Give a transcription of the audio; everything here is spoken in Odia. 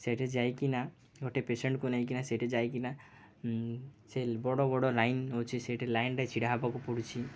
ସେଠି ଯାଇକିନା ଗୋଟେ ପେସେଣ୍ଟକୁ ନେଇକିନା ସେଠି ଯାଇକିନା ସେ ବଡ଼ ବଡ଼ ଲାଇନ୍ ଅଛି ସେଠି ଲାଇନ୍ଟା ଛିଡ଼ା ହେବାକୁ ପଡ଼ୁଛି